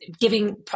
giving